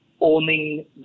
owning